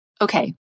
Okay